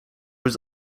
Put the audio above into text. was